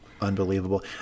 unbelievable